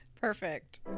perfect